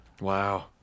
Wow